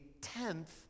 tenth